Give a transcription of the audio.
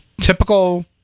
Typical